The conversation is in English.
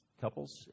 couples